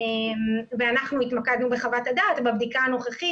ואנחנו התמקדנו בחוות הדעת בבדיקה הנוכחית